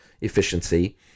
efficiency